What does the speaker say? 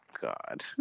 God